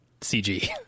CG